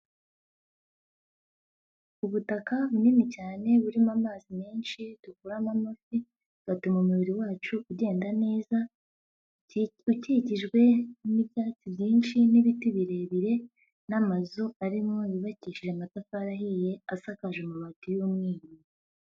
Ubutaka bunini cyane burimo amazi menshi dukuramo amafi, bigatuma umubiri wacu ugenda neza, ukikijwe n'ibyatsi byinshi n'ibiti birebire n'amazu arimo yubakishije amatafari ahiye asakaje amabati y'umweru.